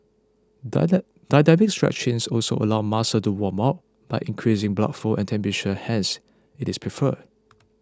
dynamic stretching also allows muscles to warm up by increasing blood flow and temperature hence it is preferred